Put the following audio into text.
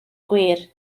gwir